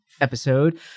episode